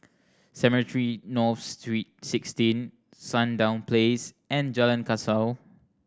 Cemetry North sixteen Sandown Place and Jalan Kasau